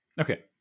Okay